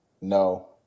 No